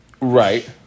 Right